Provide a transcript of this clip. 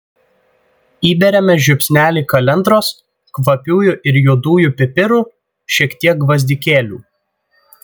įberiame žiupsnelį kalendros kvapiųjų ir juodųjų pipirų šiek tiek gvazdikėlių